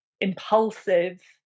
impulsive